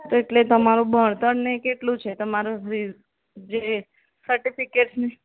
એટલે તમારું ભણતરને એ કેટલું છે તમારું રી જે સર્ટિફિકેશન